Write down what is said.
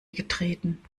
getreten